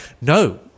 no